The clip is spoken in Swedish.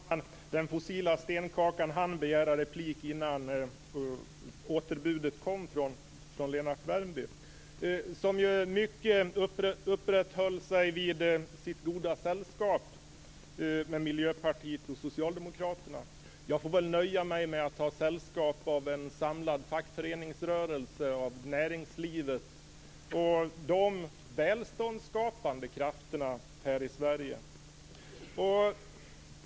Fru talman! Den fossila stenkakan hann begära replik innan återbudet kom från Lennart Värmby. Lennart Värmby uppehöll sig mycket vid sitt goda sällskap med Miljöpartiet och Socialdemokraterna. Jag får väl nöja mig med att ha sällskap av en samlad fackföreningsrörelse, av näringslivet och av de välståndsskapande krafterna här i Sverige.